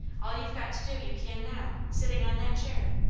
all you've got to do you can now, sitting on that chair.